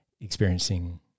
experiencing